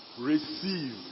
receive